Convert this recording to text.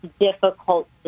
difficult